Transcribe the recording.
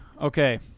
Okay